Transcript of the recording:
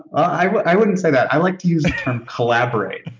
i but i wouldn't say that. i like to use the term collaborate,